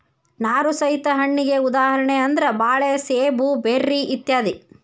ನಾರು ಸಹಿತ ಹಣ್ಣಿಗೆ ಉದಾಹರಣೆ ಅಂದ್ರ ಬಾಳೆ ಸೇಬು ಬೆರ್ರಿ ಇತ್ಯಾದಿ